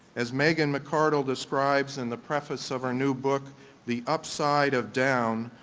as megan mcardle describes in the preface of her new book the upside of down,